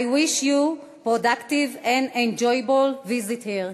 I wish you productive and enjoyable visit here.